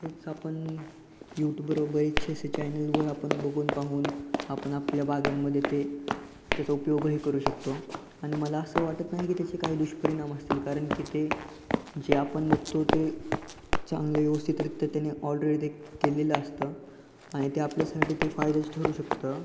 हेच आपण यूट्यूबवर बरेचसे असे चॅनलवर आपण बघून पाहून आपण आपल्या बागांमध्ये ते त्याचा उपयोगही करू शकतो आणि मला असं वाटत नाही की त्याचे काही दुष्परिणाम असतील कारण की ते जे आपण बघतो ते चांगले व्यवस्थितरित्या त्याने ऑलरेडी ते केलेलं असतं आणि ते आपल्यासाठी ते फायद्याचं ठरू शकतं